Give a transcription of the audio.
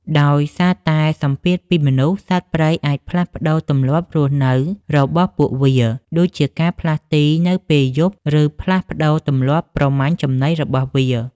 ដោយសារតែសម្ពាធពីមនុស្ស សត្វព្រៃអាចផ្លាស់ប្តូរទម្លាប់រស់នៅរបស់ពួកវា ដូចជាការផ្លាស់ទីនៅពេលយប់ ឬផ្លាស់ប្តូរទម្លាប់ប្រមាញ់ចំណីរបស់វា។